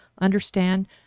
understand